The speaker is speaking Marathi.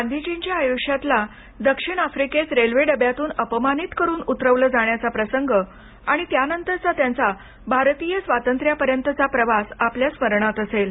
गांधीजींच्या आयुष्यातला दक्षिण आफ्रिकेत रेल्वे डब्यातून अपमानित करून उतरवलं जाण्याचा प्रसंग आणि त्यानंतरचा त्यांचा भारतीय स्वातत्र्यापर्यतचा प्रवास आपल्या स्मरणात असेल